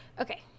okay